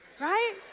right